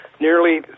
nearly